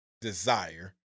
desire